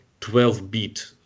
12-bit